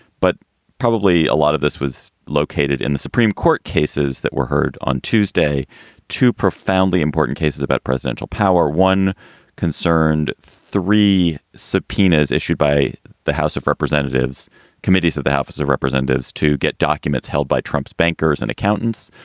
but probably a lot of this was located in the supreme court, cases that were heard on tuesday to profoundly important cases about presidential power. one concerned, three subpoenas issued by the house of representatives committees of the house of representatives to get documents held by trump's bankers and accountants.